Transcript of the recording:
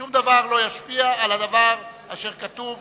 שום דבר לא ישפיע על הדבר אשר כתוב